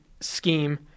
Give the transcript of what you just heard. scheme